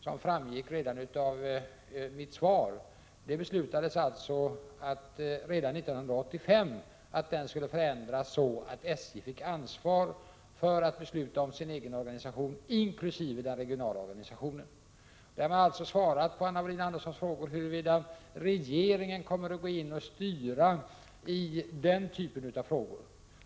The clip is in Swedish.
Det framgick alltså a mitt svar att ansvarsfördelningen genom beslut redan 1985 skulle förändra: så att SJ ensamt fick ansvaret att besluta om sin egen organisation, inkl. der regionala organisationen. Därmed har jag alltså svarat på Anna Wohlin-Anderssons frågor huruvida regeringen kommer att gå in och styra i denna typ av ärenden.